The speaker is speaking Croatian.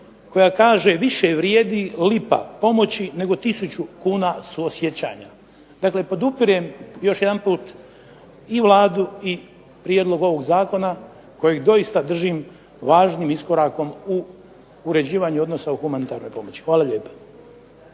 koja kaže više vrijedi lipa pomoći nego tisuću kuna suosjećanja. Dakle podupirem još jedanput i Vladu i prijedlog ovog zakona kojeg doista držim važnim iskorakom u uređivanju odnosa u humanitarnoj pomoći. Hvala lijepa.